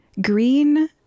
green